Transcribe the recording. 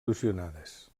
erosionades